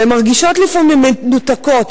והן מרגישות לפעמים מנותקות.